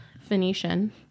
Phoenician